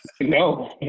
No